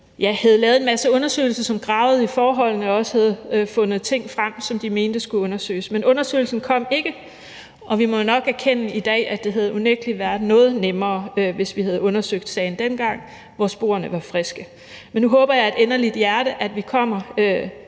som havde lavet en masse undersøgelser, og som gravede i forholdene og også havde fundet ting frem, som de mente skulle undersøges. Men undersøgelsen kom ikke, og vi må i dag jo nok erkende, at det unægtelig havde været noget nemmere, hvis vi havde undersøgt sagen dengang, hvor sporene var friske. Nu håber jeg af hele mit hjerte, at vi med